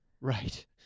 Right